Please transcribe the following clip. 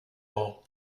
all